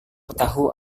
tahu